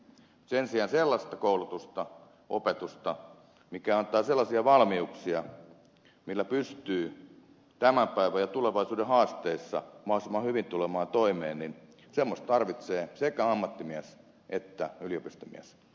sen sijaan sellaista koulutusta opetusta mikä antaa sellaisia valmiuksia millä pystyy tämän päivän ja tulevaisuuden haasteissa mahdollisimman hyvin tulemaan toimeen semmoista tarvitsee sekä ammattimies että yliopistomies